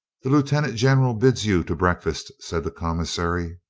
the lieutenant general bids you to breakfast, said the commissary.